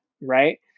right